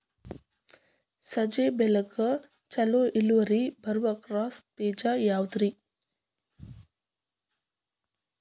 ಸಜ್ಜೆ ಬೆಳೆಗೆ ಛಲೋ ಇಳುವರಿ ಬರುವ ಕ್ರಾಸ್ ಬೇಜ ಯಾವುದ್ರಿ?